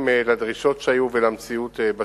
להתגורר ביישובים.